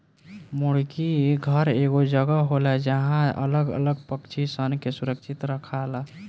मुर्गी घर एगो जगह होला जहां अलग अलग पक्षी सन के सुरक्षित रखाला